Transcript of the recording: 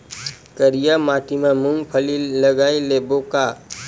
करिया माटी मा मूंग फल्ली लगय लेबों का?